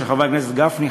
של חברי הכנסת גפני,